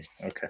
Okay